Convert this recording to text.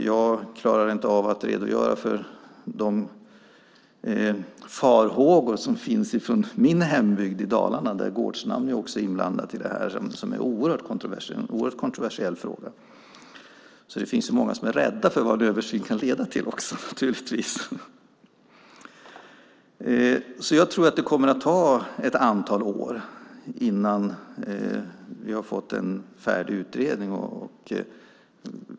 Jag klarar inte av att redogöra för de farhågor som finns i min hembygd Dalarna, där gårdsnamn också är inblandade, och det är en mycket kontroversiell fråga. Det finns naturligtvis många som också är rädda för vad en översyn kan leda till. Jag tror alltså att det kan komma att ta ett antal år innan vi har fått en färdig utredning.